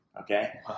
okay